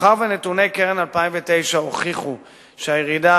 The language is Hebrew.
מאחר שנתוני קרן 2009 הוכיחו שהירידה